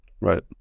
Right